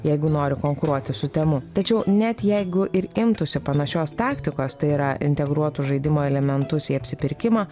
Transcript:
jeigu nori konkuruoti su temu tačiau net jeigu ir imtųsi panašios taktikos tai yra integruotų žaidimo elementus į apsipirkimą